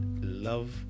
love